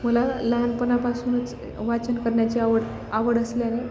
मला लहानपणापासूनच वाचन करण्याची आवड आवड असल्याने